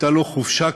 הייתה לו חופשה קצרה,